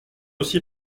aussi